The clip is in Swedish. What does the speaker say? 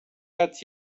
att